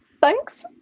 Thanks